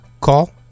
Call